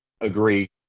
agree